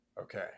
Okay